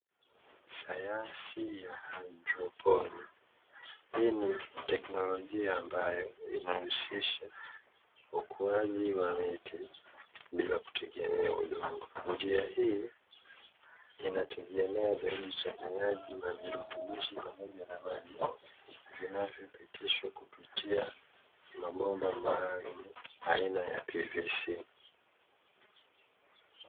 Sayansi ya haidroponi hii ni teknolojia ambayo inahusisha ukuaji wa miti bila kutegemea udongo. Njia hii inategemea zaidi uchanganyaji wa virutubishi pamoja na maji vinavyopitishwa kupitia mabomba maalum aina ya "PVC".